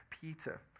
Peter